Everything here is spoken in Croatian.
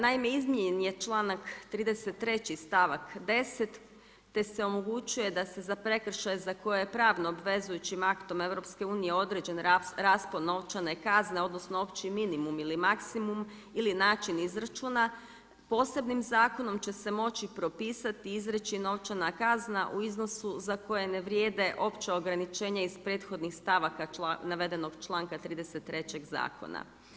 Naime, izmijenjen je čl.33. stavak 10. te se omogućuje da se za prekršaje za koje je pravno obvezujućim aktom EU određen raspon novčane kazne odnosno novčani minimum ili maksimum, ili način izračuna, posebnim zakonom će se moći propisati, izreći novčana kazna u iznosu za koje ne vrijede opća ograničenja iz prethodnih stavka navedenog čl.33. zakona.